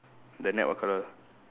the net what colour